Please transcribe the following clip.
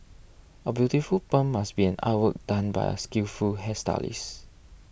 A beautiful perm must be an artwork done by a skillful hairstylist